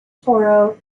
toro